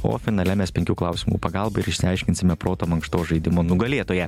o finale mes penkių klausimų pagalba ir išsiaiškinsime proto mankštos žaidimo nugalėtoją